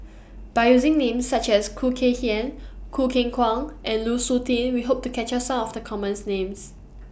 By using Names such as Khoo Kay Hian Choo Keng Kwang and Lu Suitin We Hope to capture Some of The commons Names